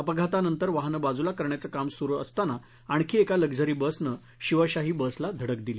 अपघातानंतर वाहनं बाजुला करण्याचं काम सुरू असताना आणखी एका लक्झरी बसनं शिवशाही बसला धडक दिली